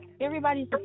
Everybody's